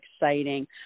exciting